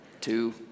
Two